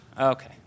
Okay